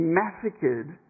massacred